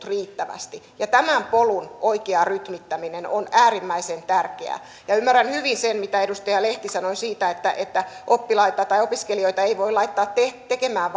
riittävästi tämän polun oikea rytmittäminen on äärimmäisen tärkeää ja ymmärrän hyvin sen mitä edustaja lehti sanoi siitä että että opiskelijoita ei voi laittaa tekemään